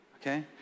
okay